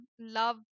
love